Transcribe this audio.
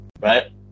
right